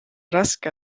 raske